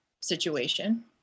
situation